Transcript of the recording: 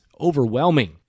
overwhelming